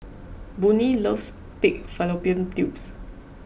Boone loves Pig Fallopian Tubes